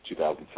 2007